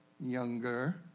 younger